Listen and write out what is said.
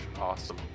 awesome